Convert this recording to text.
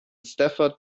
stafford